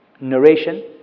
narration